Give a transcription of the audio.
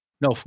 No